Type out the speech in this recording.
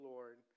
Lord